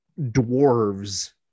dwarves